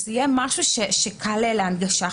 שזה יהיה משהו שקל להנגשה.